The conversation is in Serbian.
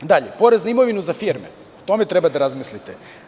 Dalje, porez na imovinu za firme, o tome treba da razmislite.